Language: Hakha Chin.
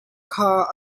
kha